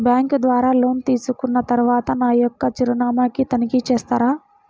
Bank ద్వారా loan తీసుకున్న తరువాత నా యొక్క చిరునామాని తనిఖీ చేస్తారా?